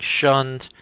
shunned